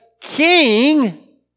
king